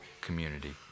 community